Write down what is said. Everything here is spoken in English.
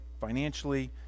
financially